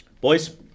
Boys